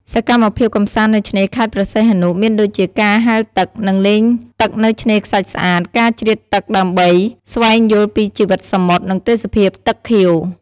សកម្មភាពកម្សាន្តនៅឆ្នេរខេត្តព្រះសីហនុមានដូចជាការហែលទឹក និងលេងទឹកនៅឆ្នេរខ្សាច់ស្អាត ការជ្រៀតទឹកដើម្បីស្វែងយល់ពីជីវិតសមុទ្រ និងទេសភាព ទឹកខៀវ។